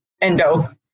endo